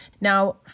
Now